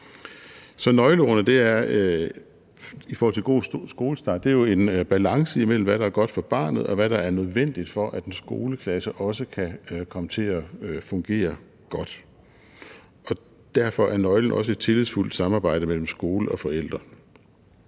skolestart er en balance imellem, hvad der er godt for barnet, og hvad der er nødvendigt, for at en skoleklasse også kan komme til at fungere godt. Derfor er nøglen også et tillidsfuldt samarbejde mellem skole og forældre.